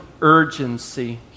urgency